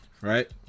right